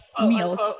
meals